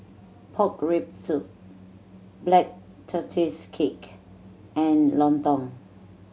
pork rib soup Black Tortoise Cake and lontong